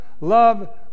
love